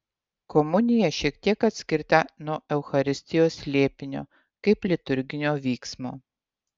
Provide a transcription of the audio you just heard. komunija šiek tiek atskirta nuo eucharistijos slėpinio kaip liturginio vyksmo